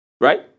Right